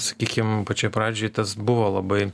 sakykim pačioj pradžioj tas buvo labai